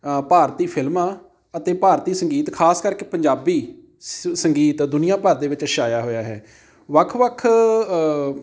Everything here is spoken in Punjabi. ਭਾਰਤੀ ਫਿਲਮਾਂ ਅਤੇ ਭਾਰਤੀ ਸੰਗੀਤ ਖ਼ਾਸ ਕਰਕੇ ਪੰਜਾਬੀ ਸਿ ਸੰਗੀਤ ਦੁਨੀਆ ਭਰ ਦੇ ਵਿੱਚ ਛਾਇਆ ਹੋਇਆ ਹੈ ਵੱਖ ਵੱਖ